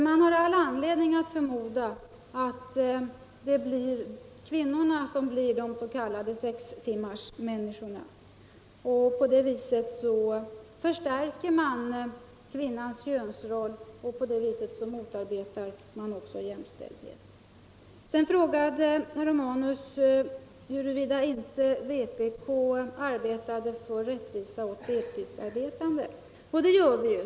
Man har all anledning förmoda att det blir kvinnorna som blir de s.k. sextimmarsmänniskorna, och på det viset förstärker man kvinnans könsroll och motarbetar jämställdheten. Sedan frågade herr Romanus huruvida vpk arbetade för rättvisa åt deltidsarbetande. Det gör vi.